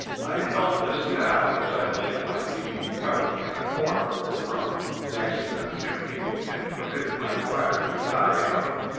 i felt this now as i lay on my leafy couch in a corner of the room next to the chimney and permitted my fire to die out.